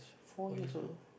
four years old